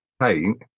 paint